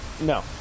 No